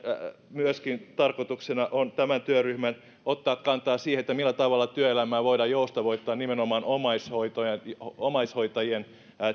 tämän työryhmän tarkoituksena on myöskin ottaa kantaa siihen millä tavalla työelämää voidaan joustavoittaa nimenomaan omaishoitajien